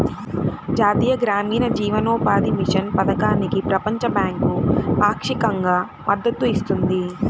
జాతీయ గ్రామీణ జీవనోపాధి మిషన్ పథకానికి ప్రపంచ బ్యాంకు పాక్షికంగా మద్దతు ఇస్తుంది